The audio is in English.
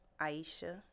Aisha